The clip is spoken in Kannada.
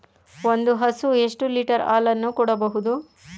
ಒಂದು ಹಸು ಎಷ್ಟು ಲೀಟರ್ ಹಾಲನ್ನು ಕೊಡಬಹುದು?